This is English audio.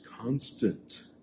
constant